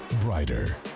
brighter